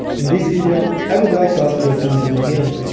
in this video, i would like to ask your opinion again.